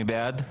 מי בעד?